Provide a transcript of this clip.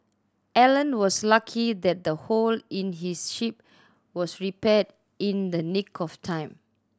Alan was lucky that the hole in his ship was repaired in the nick of time